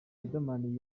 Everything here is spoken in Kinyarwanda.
riderman